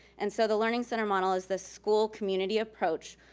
and so the learning center model is this school community approach,